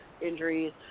injuries